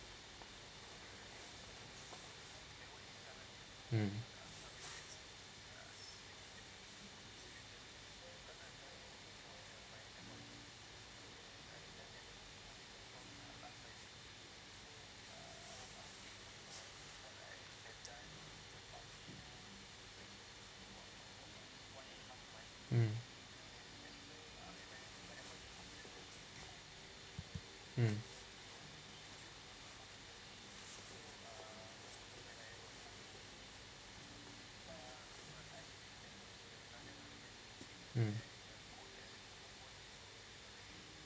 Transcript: mm mm mm mm